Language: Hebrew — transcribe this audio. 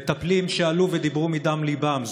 מטפלים שעלו ודיברו מדם ליבם,